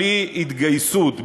בלי התגייסות,